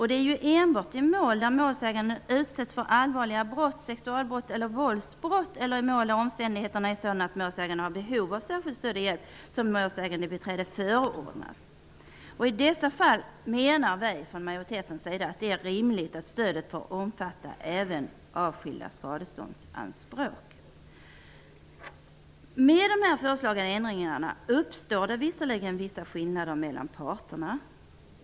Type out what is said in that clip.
Det är ju enbart i mål där målsägande utsatts för allvarliga brott, sexuella brott eller våldsbrott eller där omständigheterna är sådana att målsägande har behov av särskilt stöd och särskild hjälp som målsägandebiträde förordnas. I dessa fall menar vi i majoriteten att det är rimligt att stödet även får omfatta skadeståndsanspråk i avskilda mål. Med de föreslagna ändringarna uppstår det visserligen vissa skillnader mellan parterna.